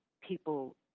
people